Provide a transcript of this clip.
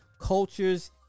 cultures